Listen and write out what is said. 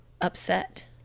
upset